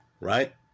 right